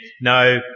No